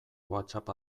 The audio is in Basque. whatsapp